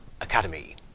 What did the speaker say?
Academy